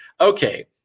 okay